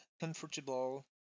comfortable